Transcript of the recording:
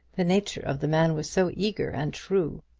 the nature of the man was so eager and true!